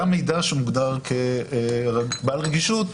גם מידע שמוגדר בעל רגישות,